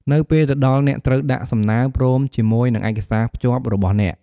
នៅពេលទៅដល់ អ្នកត្រូវដាក់សំណើរ ព្រមជាមួយនិងឯកសារភ្ជាប់របស់អ្នក។